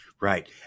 Right